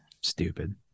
stupid